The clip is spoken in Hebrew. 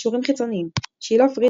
קישורים חיצוניים שילה פריד,